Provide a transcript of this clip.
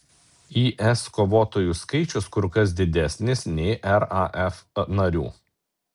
is kovotojų skaičius kur kas didesnis nei raf narių